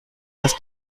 dass